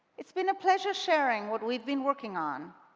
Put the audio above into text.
it's been a pleasure sharing what we've been working on,